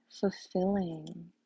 fulfilling